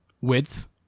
width